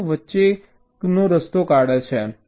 તેઓ વચ્ચે કંઈક કરે છે